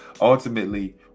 Ultimately